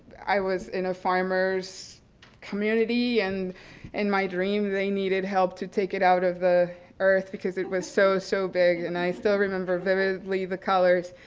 i was in a farmer's community and in my dream they needed help to take it out of the earth because it was so, so big, and i still remember vividly the colors.